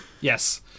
Yes